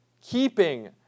keeping